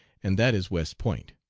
and that is west point.